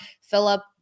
Philip